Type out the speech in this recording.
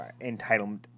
entitlement